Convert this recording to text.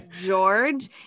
George